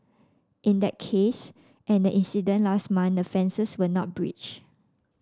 in that case and the incident last month the fences were not breach